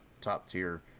top-tier